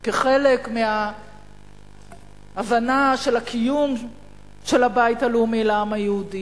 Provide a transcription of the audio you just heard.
כחלק מההבנה של הקיום של הבית הלאומי לעם היהודי,